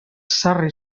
sarri